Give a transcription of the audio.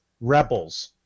Rebels